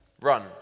Run